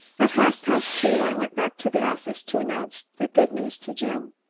at half past two i went back to the office to announce the good news to jim.